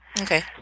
Okay